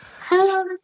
Hello